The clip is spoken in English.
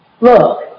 Look